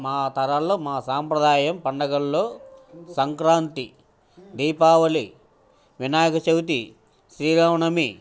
మా తరాల్లో మా సాంప్రదాయం పండగల్లో సంక్రాంతి దీపావళి వినాయక చవితి శ్రీరామ నవమి